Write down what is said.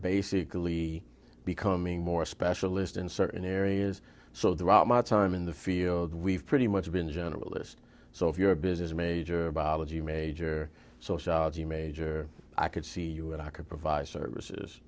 basically becoming more specialist in certain areas so the route my time in the field we've pretty much been generalist so if you're a business major biology major sociology major i could see you and i could provide services